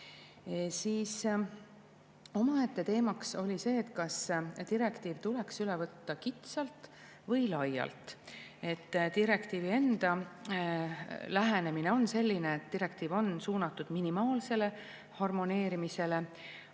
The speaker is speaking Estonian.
Omaette teemaks oli see, kas direktiiv tuleks üle võtta kitsalt või laialt. Direktiivi enda lähenemine on selline, et direktiiv on suunatud minimaalsele harmoneerimisele,